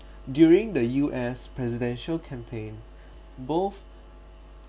during the U_S presidential campaign both